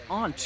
on